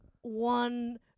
One